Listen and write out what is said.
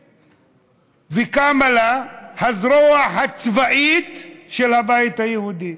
שקמה לה הזרוע הצבאית של הבית היהודי.